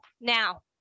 now